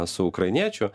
su ukrainiečių